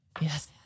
Yes